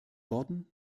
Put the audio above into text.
worten